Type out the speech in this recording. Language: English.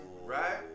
right